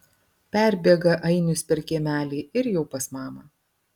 perbėga ainius per kiemelį ir jau pas mamą